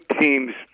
teams